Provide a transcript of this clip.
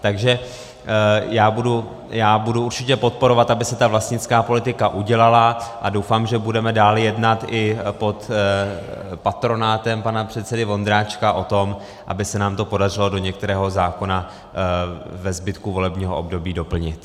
Takže já budu určitě podporovat, aby se vlastnická politika udělala, a doufám, že budeme dále jednat i pod patronátem pana předsedy Vondráčka o tom, aby se nám to podařilo do některého zákona ve zbytku volebního období doplnit.